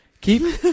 Keep